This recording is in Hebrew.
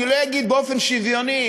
אני לא אגיד באופן שוויוני,